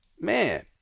man